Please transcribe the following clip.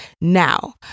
Now